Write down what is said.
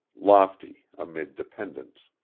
lofty amid dependants.